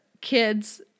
kids